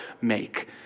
make